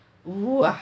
oo ah